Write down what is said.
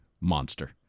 Monster